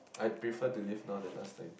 I prefer to live now than last time